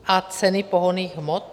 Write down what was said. A ceny pohonných hmot?